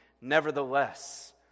Nevertheless